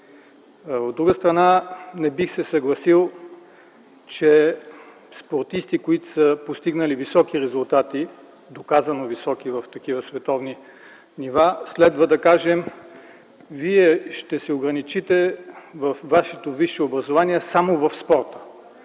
От друга страна, не бих се съгласил, че на спортисти, постигнали високи резултати, доказано високи в такива световни нива, следва да кажем: вие ще се ограничите във вашето висше образование само в спорта.